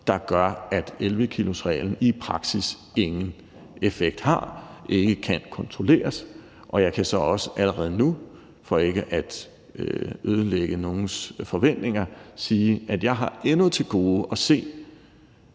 der gør, at 11-kilosreglen i praksis ingen effekt har og ikke kan kontrolleres. Og jeg kan så også allerede nu, for ikke at ødelægge nogens forventninger, sige, at jeg endnu har til gode at se